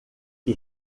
que